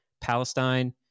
Palestine